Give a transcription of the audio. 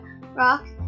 rock